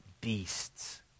beasts